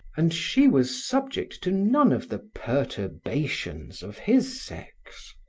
and she was subject to none of the perturbations of his sex.